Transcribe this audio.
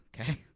Okay